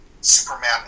Superman